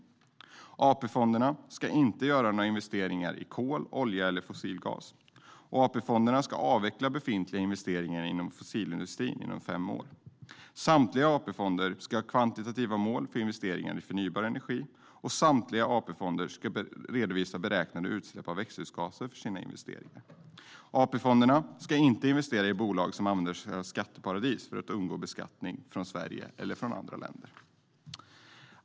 För det andra: AP-fonderna ska inte göra några investeringar i kol, olja eller fossilgas. För det tredje: AP-fonderna ska avveckla befintliga investeringar i fossilindustrin inom fem år. För det fjärde: Samtliga AP-fonder ska ha kvantitativa mål för investeringar i förnybar energi. För det femte: Samtliga AP-fonder ska redovisa beräknade utsläpp av växthusgaser för sina investeringar. För det sjätte: AP-fonderna ska inte investera i bolag som använder skatteparadis för att undgå beskattning från Sverige eller från andra länder.